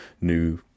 new